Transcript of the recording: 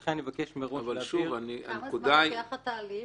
ולכן אני מבקש מראש להבהיר --- כמה זמן לוקח התהליך?